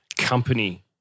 company